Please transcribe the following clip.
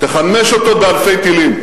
תחמש אותו באלפי טילים,